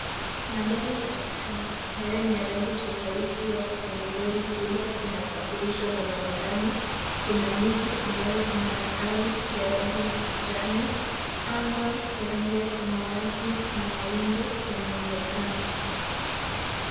Magari matano ambayo ni ya rangi tofauti yapo kwenye lori kubwa yanasafirishwa barabarani kuna miti ambayo ina matawi ya rangi ya kijani anga ya rangi ya samawati na mawingu yanaonekana.